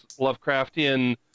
Lovecraftian